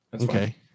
Okay